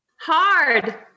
Hard